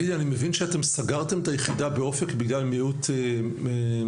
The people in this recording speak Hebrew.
אני מבין שאתם סגרתם את היחידה באופק בגלל מיעוט נמצאים,